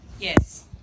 Yes